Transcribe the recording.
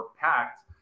packed